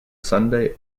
sunday